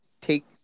take